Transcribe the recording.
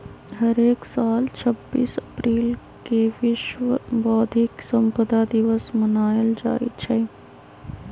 हरेक साल छब्बीस अप्रिल के विश्व बौधिक संपदा दिवस मनाएल जाई छई